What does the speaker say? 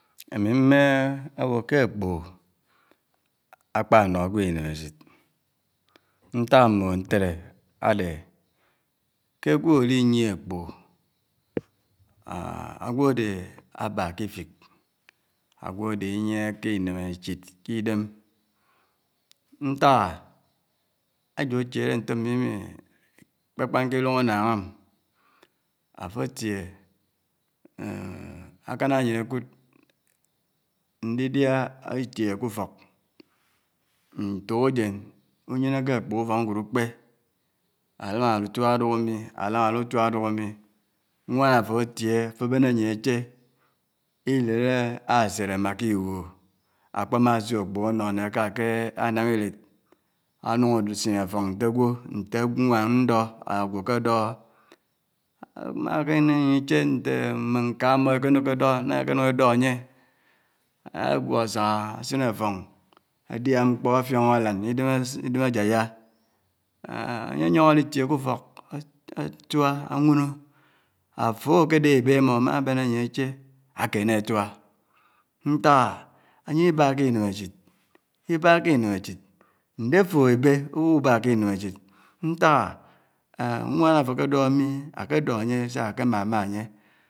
Ámi mmè bò ké ákpògò ákpá nó ágwò inémésit, nták ámbòhò ntèdè ádè, ké ágwò ádè nyènè ákpògò ágwò ádè ábà kè ifik, ágwò ádè ĩnièhè inèmèchid kè idèm ntàk à áyò achĩele ntò mmĩ mi kpàkpàn k'idung ánnáng m, àfò tié ákánná áyén ákud, ndidiá itĩéhé kè ufók, ntòk áyèn unyènèkè ákpògò ufòk nwèd ukpè, álá m átuá áluk umi, àlà m ádu tuá duk umi, nwán áfó átiè àfò ábènè áyèn àfò ásè ilèd ásidè ámà k'iwuò ákpèmà siò ákpògò ánò n'ákà ákè ánám ilèd ánung ásinè áffòng ntè ágwò, nté ágwònwàn ndò àfò ákèdóhó ámá bènè áyén ichè ntè mmè nkà ámò éké nuk édó ná èkè nuk édó ányè ágwò ásángá, ásinè áffiong, ádià mkpò áffiòngò álán, idém ás, idém áyáyá ányè áyòng ádi tiè k'ufòk átuá, anwuno, àfò o ákèdèhè èbè ámò ámábèn áyén ásè, ákènè ámá nták á, ányè ibáhá kè inéméchid ibáhá kè inèméchid, ndè àfò èbè ubuhu bá ké iném échid nták á nwán àfò ákè dóhó mi, ákè dó ányè sá ákè má má ányè.